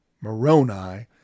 Moroni